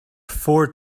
four